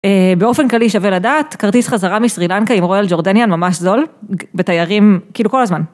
באופן כללי שווה לדעת כרטיס חזרה מסרילנקה עם רויאל ג'ורדניאן ממש זול בתיירים כאילו כל הזמן.